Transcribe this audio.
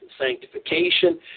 sanctification